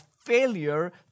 failure